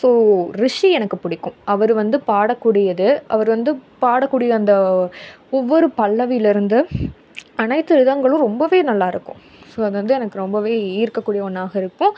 so Rishi எனக்கு பிடிக்கும் அவர் வந்து பாடக்கூடியது அவர் வந்து பாடக்கூடிய அந்த ஒவ்வொரு பல்லவிலேருந்து அனைத்து ரிதங்களும் ரொம்பவே நல்லா இருக்கும் ஸோ அது வந்து எனக்கு ரொம்பவே ஈர்க்கக்கூடிய ஒன்றாக இருக்கும்